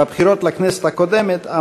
בבחירות לכנסת הקודמת,